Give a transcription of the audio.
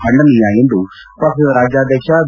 ಖಂಡನೀಯ ಎಂದು ಪಕ್ಷದ ರಾಜ್ಯಾಧ್ಯಕ್ಷ ಬಿ